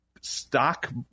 stock